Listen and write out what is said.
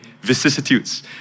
vicissitudes